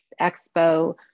Expo